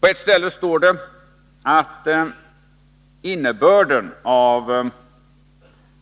På ett ställe står det att